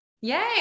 Yay